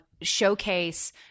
showcase